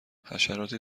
حشراتی